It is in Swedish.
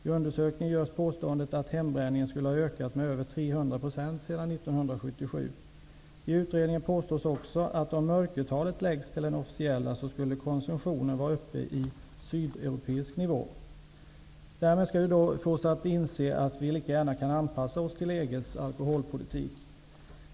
I undersökningen görs påståendet att hembränningen skulle ha ökat med över 300 % sedan 1977. I utredningen påstås också att om mörkertalen läggs till de officiella talen, skulle konsumtionen vara uppe på sydeuropeisk nivå. Därmed skall vi förmås att inse att vi lika gärna kan anpassa oss till EG:s alkoholpolitik.